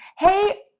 hey,